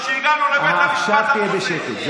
אתה אמרת לנו "מאפיה" כשהגענו לבית המשפט המחוזי.